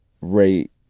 rate